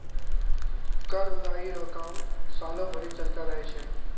कर उगाही रो काम सालो भरी चलते रहै छै